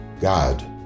God